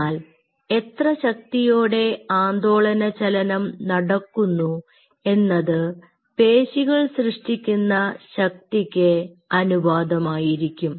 എന്നാൽ എത്ര ശക്തിയോടെ ആന്തോളന ചലനം നടക്കുന്നു എന്നത് പേശികൾ സൃഷ്ടിക്കുന്ന ശക്തിക്ക് അനുപാതം ആയിരിക്കും